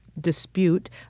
dispute